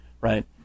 right